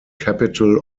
capital